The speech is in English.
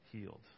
healed